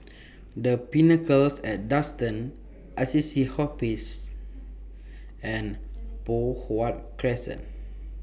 The Pinnacle At Duxton Assisi Hospice and Poh Huat Crescent